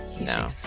No